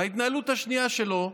וההתנהלות השנייה שלו,